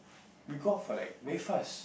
we go out for like very fast